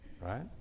right